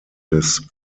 des